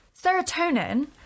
serotonin